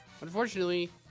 unfortunately